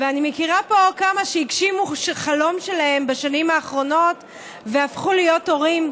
ואני מכירה פה כמה שהגשימו חלום שלהם בשנים האחרונות והפכו להיות הורים.